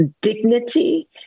dignity